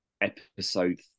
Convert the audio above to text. episode